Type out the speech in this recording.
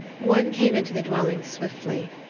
one came into the dwelling swiftly.